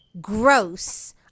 Gross